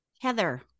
Heather